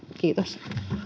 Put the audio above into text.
kiitos